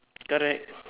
correct